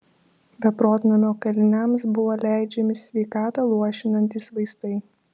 beprotnamio kaliniams buvo leidžiami sveikatą luošinantys vaistai